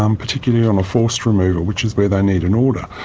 um particularly on a forced removal, which is where they need an order.